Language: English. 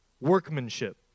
workmanship